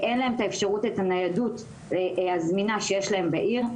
אין להן את הניידות הזמינה שיש להן בעיר.